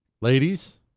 Ladies